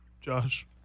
josh